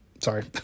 sorry